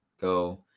Go